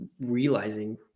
realizing